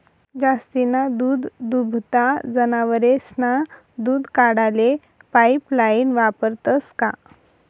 जास्तीना दूधदुभता जनावरेस्नं दूध काढाले पाइपलाइन वापरतंस का?